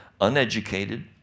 uneducated